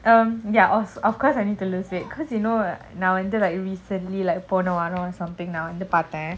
um ya of of course I need to lose weight cause you know now நான்வந்து:nan vandhu like recently like போனவாரம்:pona varam something now பார்த்தேன்:parthen